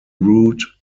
route